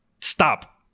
Stop